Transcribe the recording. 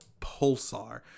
Pulsar